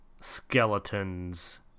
skeletons